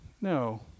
No